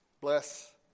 bless